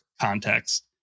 context